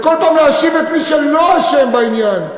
וכל פעם להאשים את מי שלא אשם בעניין,